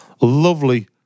lovely